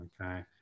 okay